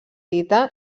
dita